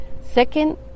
Second